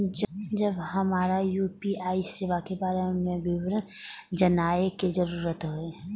जब हमरा यू.पी.आई सेवा के बारे में विवरण जानय के जरुरत होय?